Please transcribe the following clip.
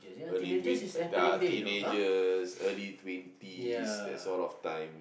early twen~ ya teenagers early twenties that sort of time